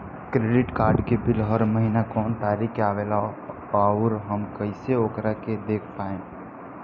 Credit card के bill हर महीना कौना तारीक के आवेला और आउर हम कइसे ओकरा के देख पाएम?